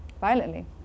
violently